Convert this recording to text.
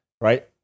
right